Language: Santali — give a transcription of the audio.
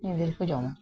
ᱧᱤᱫᱤᱨ ᱠᱚ ᱡᱚᱢᱟ